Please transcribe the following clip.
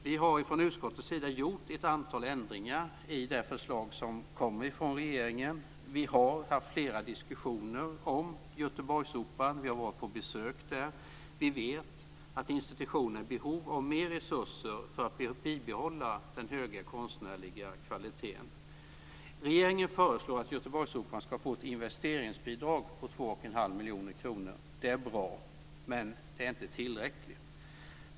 Vi har från utskottets sida gjort ett antal ändringar i det förslag som kom från regeringen. Vi har haft flera diskussioner om Göteborgsoperan. Vi har varit på besök där. Vi vet att institutionen är i behov av mer resurser för att kunna bibehålla den höga konstnärliga kvaliteten. Regeringen föreslår att Göteborgsoperan ska få ett investeringsbidrag på 2 1⁄2 miljoner kronor. Det är bra. Men det är inte tillräckligt.